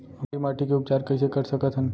अम्लीय माटी के उपचार कइसे कर सकत हन?